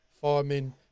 farming